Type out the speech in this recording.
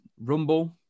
Rumble